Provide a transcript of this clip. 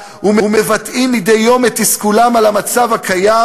ומבטאים מדי יום את תסכולם על המצב הקיים,